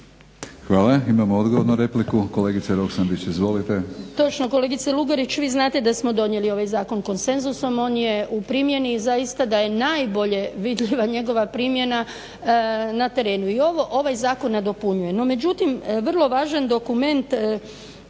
Hvala. Imamo odgovor na repliku. Kolegice Roksandić, izvolite. **Roksandić, Ivanka (HDZ)** Točno kolegice Lugarić, vi znate da smo donijeli ovaj Zakon konsenzusom. On je u primjeni i zaista da je najbolje vidljiva njegova primjena na terenu i ovaj zakon nadopunjuje. No međutim, vrlo važan dokument